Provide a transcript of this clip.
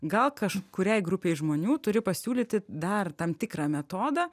gal kažkuriai grupei žmonių turi pasiūlyti dar tam tikrą metodą